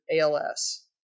ALS